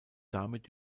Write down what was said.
damit